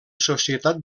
societat